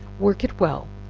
work it well,